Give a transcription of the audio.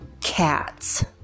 Cats